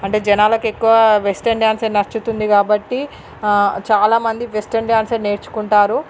అంటే జనాలకి ఎక్కువగా వెస్ట్రన్ డ్యాన్స్యే నచ్చుతుంది కాబట్టి చాలా మంది వెస్ట్రన్ డ్యాన్స్యే నేర్చుకుంటారు